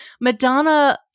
Madonna